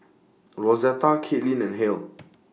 Rosetta Kaitlyn and Halle